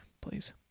please